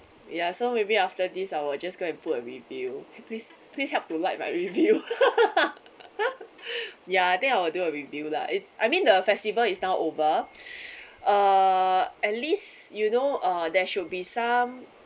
ya so maybe after this I will just go and put a review please please help to like my review ya I think I will do a review lah it's I mean the festival is now over uh at least you know uh there should be some